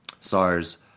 SARS